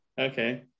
okay